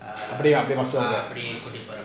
pay ah pay more lah